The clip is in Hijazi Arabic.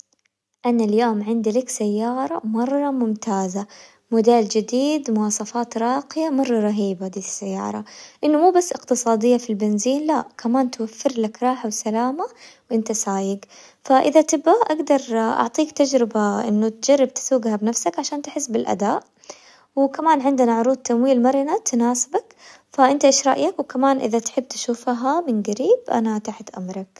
أنا اليوم عندي لك سيارة مرة ممتازة، موديل جديد، مواصفات راقية، مرة رهيبة دي السيارة، إنه مو بس اقتصادية في البنزين لا كمان توفر لك راحة وسلامة وانت سايق، فإذا تبغى أقدر أعطيك تجربة إنه تجرب تسوقها بنفسك عشان تحس بالأداء، وكمان عندنا عروض تمويل مرنة تناسبك، فانت ايش رأيك؟ وكمان إذا تحب تشوفها من قريب، أنا تحت امرك.